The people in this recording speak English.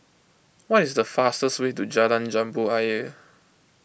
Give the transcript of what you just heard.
what is the fastest way to Jalan Jambu Ayer